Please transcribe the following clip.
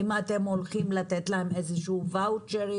האם אתם הולכים לתת להם איזשהו וואוצ'רים